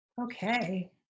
okay